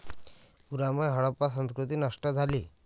पुरामुळे हडप्पा संस्कृती नष्ट झाली